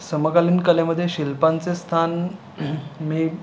समकालीन कलेमध्ये शिल्पांचे स्थान मी